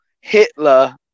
hitler